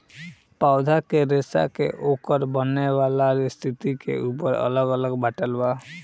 पौधा के रेसा के ओकर बनेवाला स्थिति के ऊपर अलग अलग बाटल बा